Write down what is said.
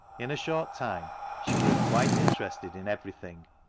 in a short time she grew quite interested in everything,